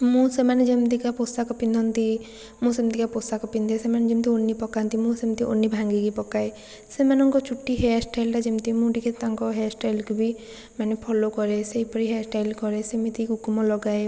ମୁଁ ସେମାନେ ଯେମିତିକା ପୋଷାକ ପିନ୍ଧନ୍ତି ମୁଁ ସେମିତିକା ପୋଷାକ ପିନ୍ଧେ ସେମାନେ ଯେମିତି ଓଢ଼ଣୀ ପକାନ୍ତି ମୁଁ ସେମିତି ଓଢ଼ଣୀ ଭାଙ୍ଗିକି ପକାଏ ସେମାନଙ୍କ ଚୁଟି ହେୟାର୍ ଷ୍ଟାଇଲ୍ଟା ଯେମିତି ମୁଁ ଟିକିଏ ତାଙ୍କ ହେୟାର୍ ଷ୍ଟାଇଲ୍କୁ ବି ମାନେ ଫଲୋ କରେ ସେହିପରି ହେୟାର୍ ଷ୍ଟାଇଲ୍ କରେ ସେମିତି କୁକୁମ ଲଗାଏ